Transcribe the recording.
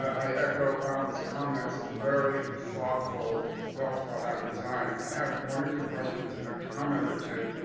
i echo allen's comments ah very thoughtful well thought out design. i have one or two questions in a comment or two,